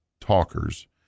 talkers